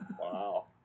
Wow